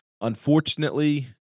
Unfortunately